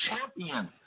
champion